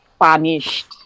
punished